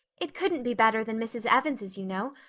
it couldn't be better than mrs. evans's, you know,